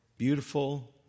beautiful